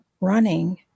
running